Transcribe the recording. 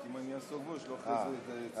אם אני אעסוק בו, שלא יצא אחרי זה פינג-פונג.